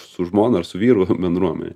su žmona ir su vyru bendruomenė